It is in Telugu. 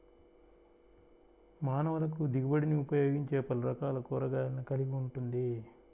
మానవులకుదిగుబడినిఉపయోగించేపలురకాల కూరగాయలను కలిగి ఉంటుంది